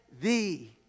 thee